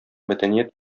мәдәният